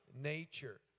nature